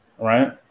Right